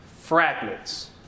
fragments